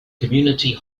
community